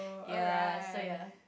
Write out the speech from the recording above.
ya so ya